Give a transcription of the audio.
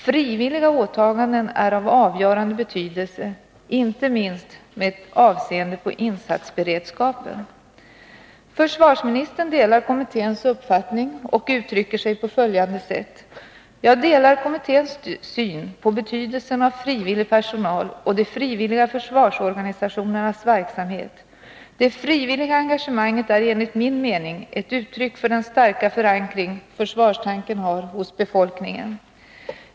Frivilliga åtaganden är av avgörande betydelse inte minst med avseende på insatsberedskapen. Försvarsministern delar kommitténs uppfattning och uttrycker sig på följande sätt: ”Jag delar kommitténs syn på betydelsen av frivillig personal och de frivilliga försvarsorganisationernas verksamhet. Det frivilliga engagemanget är enligt min mening ett uttryck för den starka förankring försvarstanken har hos befolkningen.